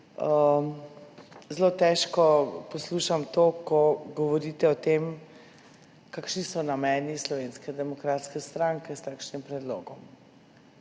zelo težko poslušam to, ko govorite o tem, kakšni so nameni Slovenske demokratske stranke s takšnim predlogom.